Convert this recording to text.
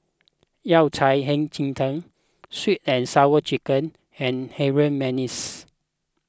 Yao Cai Hei Ji Tang Sweet and Sour Chicken and Harum Manis